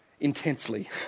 intensely